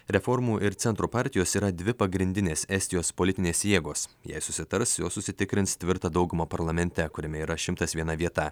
reformų ir centro partijos yra dvi pagrindinės estijos politinės jėgos jei susitars jos užsitikrins tvirtą daugumą parlamente kuriame yra šimtas viena vieta